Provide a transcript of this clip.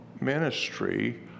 ministry